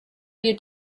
you